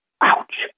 ouch